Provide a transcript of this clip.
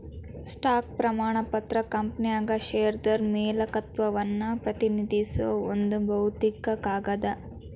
stock ಪ್ರಮಾಣ ಪತ್ರ ಕಂಪನ್ಯಾಗ ಷೇರ್ದಾರ ಮಾಲೇಕತ್ವವನ್ನ ಪ್ರತಿನಿಧಿಸೋ ಒಂದ್ ಭೌತಿಕ ಕಾಗದ